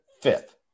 fifth